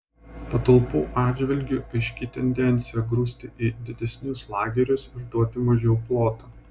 patalpų atžvilgiu aiški tendencija grūsti į didesnius lagerius ir duoti mažiau ploto